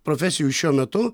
profesijų šiuo metu